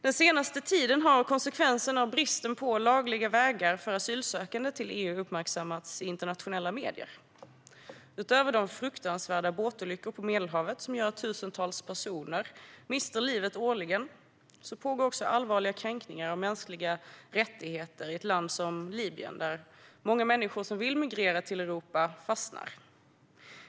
Den senaste tiden har konsekvenserna av bristen på lagliga vägar för asylsökande till EU uppmärksammats i internationella medier. Utöver de fruktansvärda båtolyckor på Medelhavet som gör att tusentals personer årligen mister livet pågår kränkningar av mänskliga rättigheter i Libyen, där många människor som vill emigrera till Europa fastnar.